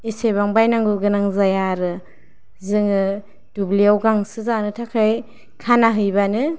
एसेबां बायनांगौ गोनां जाया आरो जोङो दुब्लियाव गांसो जानो थाखाय खाना हैबानो